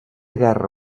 guerra